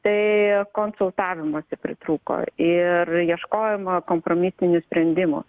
tai konsultavimosi pritrūko ir ieškojimo kompromisinių sprendimų